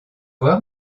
voir